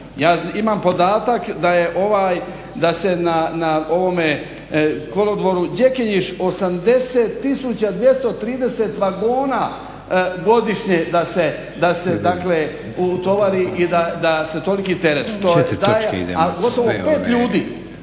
da je ovaj, da se na ovome kolodvoru … 80 230 vagona godišnje da se utovari i da se toliki teret …, a gotovo